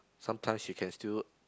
sometimes she can still